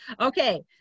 Okay